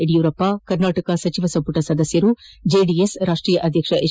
ಯಡಿಯೂರಪ್ಪ ಕರ್ನಾಟಕ ಸಚಿವ ಸಂಪುಟ ಸದಸ್ಯರು ಜೆಡಿಎಸ್ ರಾಷ್ಟೀಯ ಅಧ್ಯಕ್ಷ ಎಚ್